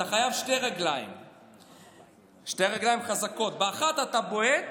אתה חייב שתי רגליים חזקות, באחת אתה בועט,